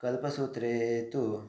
कल्पसूत्रे तु